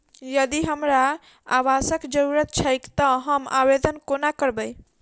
यदि हमरा आवासक जरुरत छैक तऽ हम आवेदन कोना करबै?